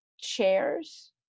chairs